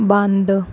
ਬੰਦ